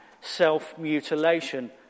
self-mutilation